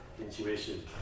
intuition